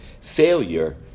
failure